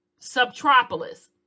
subtropolis